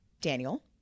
Daniel